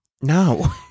No